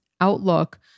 outlook